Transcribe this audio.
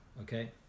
okay